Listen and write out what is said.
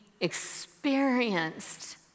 experienced